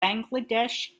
bangladesh